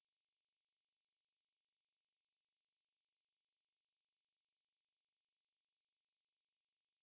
err okay we consider next monday they start moving in like just got to know the hall so they only know telegram instagram